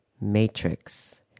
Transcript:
matrix